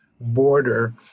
border